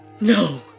No